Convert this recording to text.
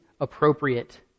appropriate